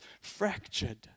fractured